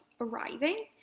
arriving